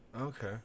Okay